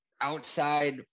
outside